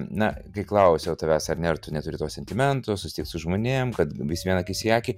na kai klausiau tavęs ar ne ar tu neturi tos sentimentų susitikt su žmonėm kad vis vien akis į akį